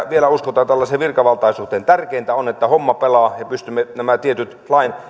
vielä uskotaan tällaiseen virkavaltaisuuteen tärkeintä on että homma pelaa ja pystymme nämä tietyt